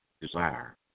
desire